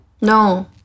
No